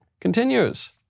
continues